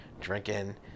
drinking